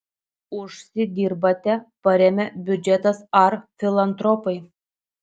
užsidirbate paremia biudžetas ar filantropai